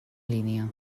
línia